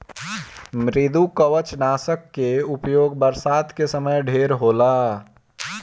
मृदुकवचनाशक कअ उपयोग बरसात के समय ढेर होला